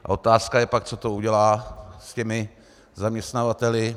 A otázka je pak, co to udělá s těmi zaměstnavateli.